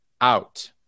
out